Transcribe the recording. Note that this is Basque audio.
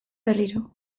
berriro